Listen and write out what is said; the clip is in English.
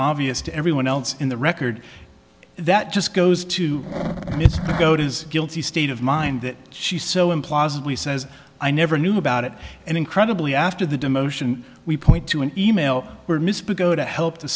obvious to everyone else in the record that just goes to go to is guilty state of mind that she so implausibly says i never knew about it and incredibly after the demotion we point to an e mail where misbegotten helped the